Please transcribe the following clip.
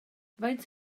faint